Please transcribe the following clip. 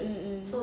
mm mm